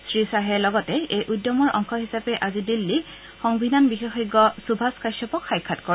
শ্ৰীশ্বাহে লগতে এই উদ্যমৰ অংশ হিচাপে আজি দিল্লীত সংবিধান বিশেষজ্ঞ সুভাষ কাশ্যপক সাক্ষাৎ কৰে